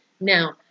Now